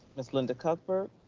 ms. linda cuthbert?